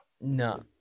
No